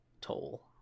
toll